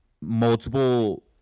multiple